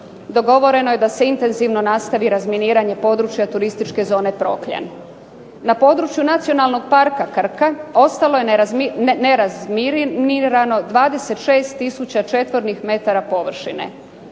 dogovoreno je da se intenzivno nastavi razminiranje područja turističke zone Prokljan. Na području Nacionalnog parka Krka ostalo je nerazminirano 26 tisuća m2 površine.